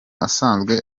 asanzwe